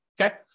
Okay